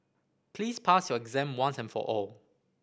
please pass your exam once and for all